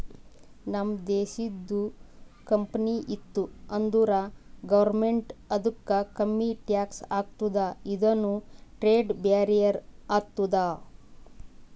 ನಮ್ದು ದೇಶದು ಕಂಪನಿ ಇತ್ತು ಅಂದುರ್ ಗೌರ್ಮೆಂಟ್ ಅದುಕ್ಕ ಕಮ್ಮಿ ಟ್ಯಾಕ್ಸ್ ಹಾಕ್ತುದ ಇದುನು ಟ್ರೇಡ್ ಬ್ಯಾರಿಯರ್ ಆತ್ತುದ